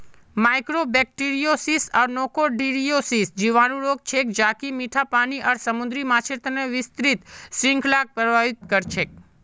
mycobacteriosis आर nocardiosis जीवाणु रोग छेक ज कि मीठा पानी आर समुद्री माछेर तना विस्तृत श्रृंखलाक प्रभावित कर छेक